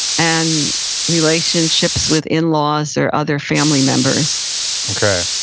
and relationships with in-laws or other family members okay.